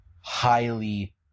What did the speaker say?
highly